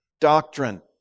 doctrine